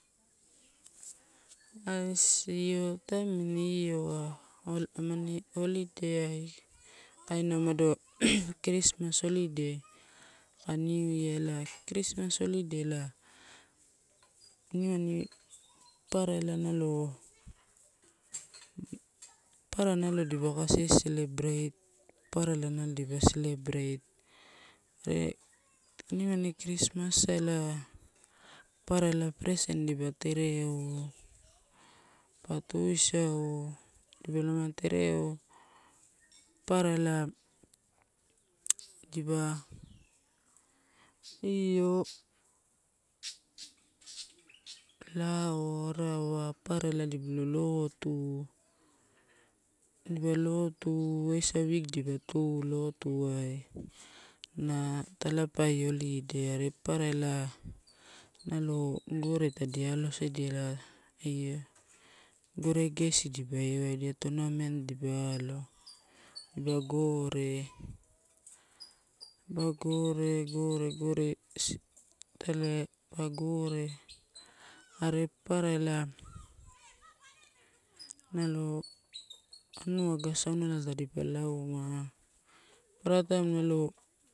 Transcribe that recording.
Ais io taim amini io ai hol, amani holidayai, kaina umada krismas holiday aka new yeari elai. Krismas holiday ela nimani papara ela nalo, papara nalo elipaka seselebreit, papara nalo dipa selebreit are nimani krismas ela, papara present dipa tereo, pa tuisa dipalama tereo. Papara ela elipa io lao arawa, papara dipalo lotu eisa weeki dipa tu lotuai. Na talapai holiday are papara eela nalo gove tadi alosadia io gove gei dipa iowaidia dipa lo. Dipa gore, dipa gore, gore, gore, itai pa gore. Are papara ela nalo anua aga asaunala elipa lauma papara taim nalo.